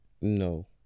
No